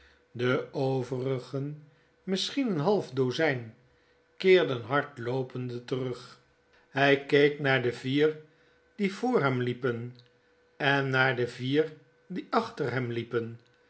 de overigen misschien een half dozgn keerden hard loopende terug hy keek naar de vier die voor hem liepen en naar de vier die achter hem liepen